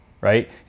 right